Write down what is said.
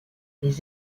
les